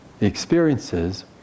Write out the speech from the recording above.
experiences